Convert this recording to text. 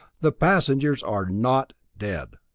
the passengers are not dead!